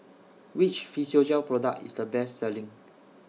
Which Physiogel Product IS The Best Selling